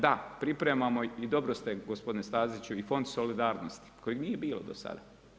Da pripremamo, i dobro ste gospodine Staziću i Fond solidarnosti koji nije bio do sada.